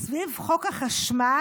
סביב חוק החשמל,